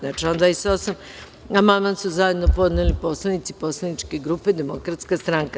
Na član 28. amandman su zajedno podneli poslanici Poslaničke grupe Demokratska stranka.